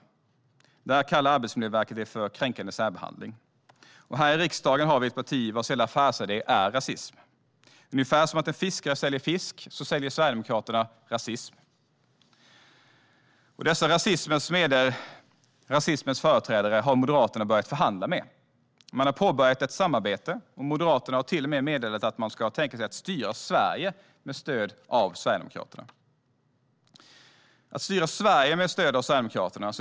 Där kallar Arbetsmiljöverket det för kränkande särbehandling. Här i riksdagen har vi ett parti vars hela affärsidé är rasism. Ungefär som att en fiskare säljer fisk säljer Sverigedemokraterna rasism. Dessa rasismens företrädare har Moderaterna börjat förhandla med. Man har påbörjat ett samarbete, och Moderaterna har till och med meddelat att man kan tänka sig att styra Sverige med stöd av Sverigedemokraterna.